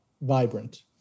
vibrant